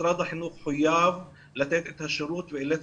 משרד החינוך חויב לתת את השירות ואולץ